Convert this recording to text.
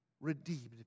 redeemed